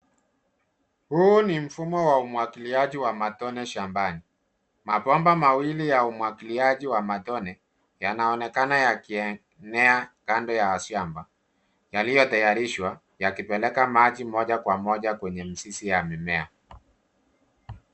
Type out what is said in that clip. Huu ni mfumo wa umwagiliaji wa matone shambani, mabomba mawili ya umwagiliaji ya matone yanaonekana yakienea kando ya shamba yaliyotayarishwa yakipeleka maji moja kwa moja kwenye mizizi ya mimea.